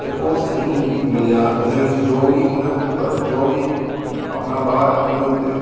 ਅਤੇ ਉਹ ਸਹੀ ਨਹੀਂ ਮਿਲਿਆ ਉਹਦੇ ਵਿੱਚ ਜੋ ਵੀ ਉਹਦੇ ਉੱਪਰ ਜੋ ਵੀ ਆਪਣਾ ਬਾਹਰ ਉਹਦੇ ਉੱਤੇ